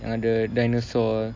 ada dinosaur